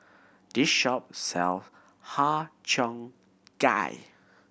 this shop sell Har Cheong Gai